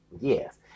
Yes